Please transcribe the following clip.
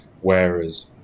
whereas